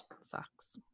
sucks